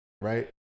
right